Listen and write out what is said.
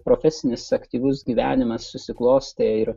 profesinis aktyvus gyvenimas susiklostė ir